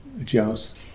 adjust